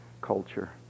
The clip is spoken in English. culture